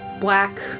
black